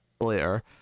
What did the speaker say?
later